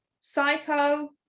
Psycho